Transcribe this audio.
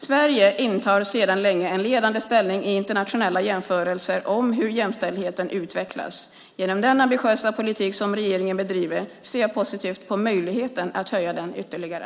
Sverige intar sedan länge en ledande ställning i internationella jämförelser om hur jämställdheten utvecklas. Genom den ambitiösa politik som regeringen bedriver ser jag positivt på möjligheten att höja den ytterligare.